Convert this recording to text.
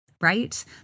right